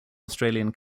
australian